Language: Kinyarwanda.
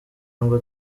ngo